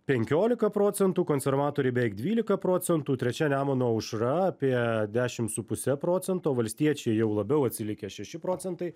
penkiolika procentų konservatoriai beveik dvylika procentų trečia nemuno aušra apie dešim su puse procento o valstiečiai jau labiau atsilikę šeši procentai